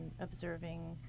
observing